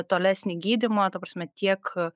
tolesnį gydymą ta prasme tiek